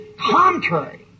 contrary